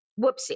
whoopsie